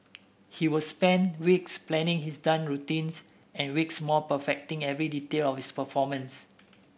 he would spend weeks planning his dance routines and weeks more perfecting every detail of his performances